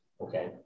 okay